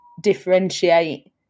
differentiate